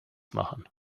machen